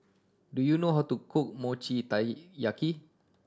do you know how to cook Mochi Taiyaki